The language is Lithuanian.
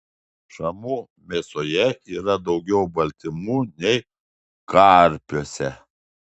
šamų mėsoje yra daugiau baltymų nei karpiuose